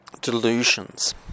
Delusions